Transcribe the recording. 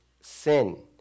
sin